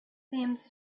seemed